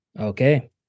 Okay